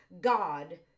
God